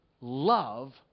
Love